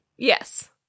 Yes